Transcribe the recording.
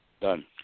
Done